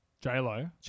J-Lo